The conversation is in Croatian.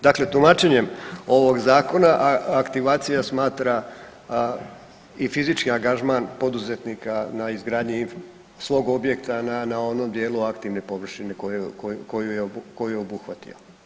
Dakle tumačenjem ovog Zakona, aktivacija smatra i fizički angažman poduzetnika na izgradnji svog objekta na onom dijelu aktivne površine koju je obuhvatio.